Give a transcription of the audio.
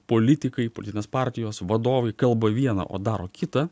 politikai politinės partijos vadovai kalba viena o daro kita